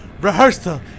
Rehearsal